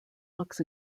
looks